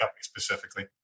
specifically